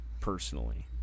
personally